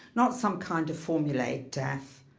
not some kind of formula ic death.